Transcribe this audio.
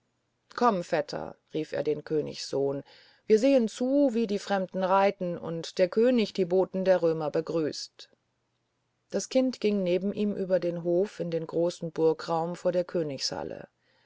komm vetter rief er den königssohn sehen wir zu wie die fremden reiten und der könig die boten der römer begrüßt das kind ging neben ihm über den hof in den großen burgraum vor der königshalle